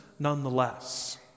Nonetheless